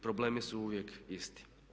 Problemi su uvijek isti.